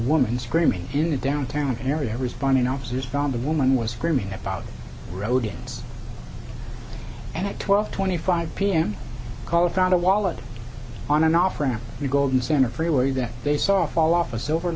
woman screaming in a downtown area responding officers found the woman was screaming about rodents and at twelve twenty five p m caller found a wallet on an off ramp golden center freeway that they saw fall off a silver